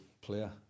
player